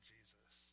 Jesus